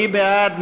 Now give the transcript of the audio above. מי בעד?